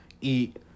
eat